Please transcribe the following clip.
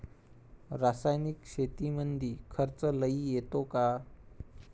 रासायनिक शेतीमंदी खर्च लई येतो का?